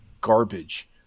garbage